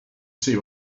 see